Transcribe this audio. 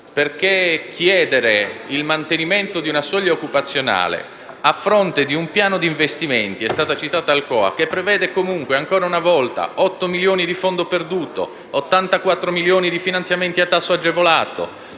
perché chiedere il mantenimento di una soglia occupazionale a fronte di un piano di investimenti - è stata citata Alcoa - che prevede comunque, ancora una volta, 8 milioni di fondo perduto, 84 milioni di finanziamenti a tasso agevolato,